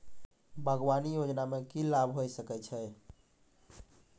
बागवानी योजना मे की लाभ होय सके छै?